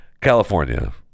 California